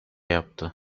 yaptı